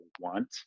want